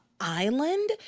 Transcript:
island